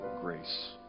grace